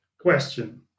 question